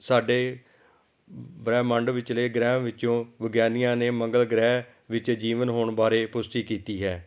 ਸਾਡੇ ਬ੍ਰਹਿਮੰਡ ਵਿਚਲੇ ਗ੍ਰਹਿਆਂ ਵਿੱਚੋਂ ਵਿਗਿਆਨੀਆਂ ਨੇ ਮੰਗਲ ਗ੍ਰਹਿ ਵਿੱਚ ਜੀਵਨ ਹੋਣ ਬਾਰੇ ਪੁਸ਼ਟੀ ਕੀਤੀ ਹੈ